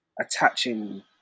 attaching